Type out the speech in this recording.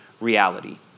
reality